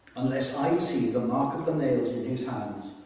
unless i see the mark of the nails in his hands,